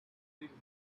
noticed